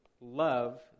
love